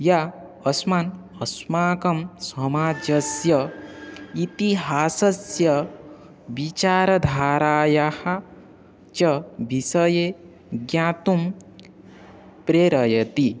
या अस्मान् अस्माकं समाजस्य इतिहासस्य विचारधारायाः च विषये ज्ञातुं प्रेरयति